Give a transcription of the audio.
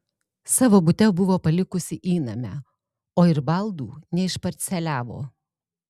savo bute buvo palikusi įnamę o ir baldų neišparceliavo